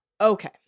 Okay